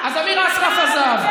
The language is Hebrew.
אז אמיר אסרף עזב,